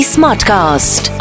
Smartcast